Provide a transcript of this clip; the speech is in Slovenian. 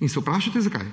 In se vprašate, zakaj.